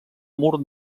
mur